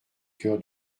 coeur